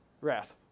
Wrath